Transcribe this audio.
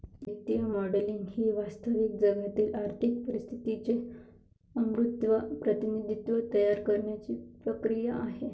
वित्तीय मॉडेलिंग ही वास्तविक जगातील आर्थिक परिस्थितीचे अमूर्त प्रतिनिधित्व तयार करण्याची क्रिया आहे